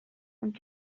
und